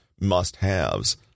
must-haves